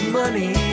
money